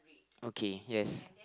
okay yes